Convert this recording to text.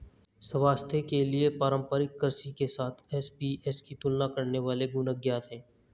स्वास्थ्य के लिए पारंपरिक कृषि के साथ एसएपीएस की तुलना करने वाले गुण अज्ञात है